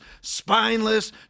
spineless